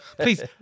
please